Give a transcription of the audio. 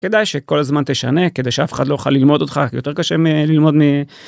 כדאי שכל הזמן תשנה, כדי שאף אחד לא יכול ללמוד אותך. יותר קשה ללמוד מ...